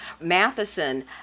Matheson